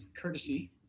courtesy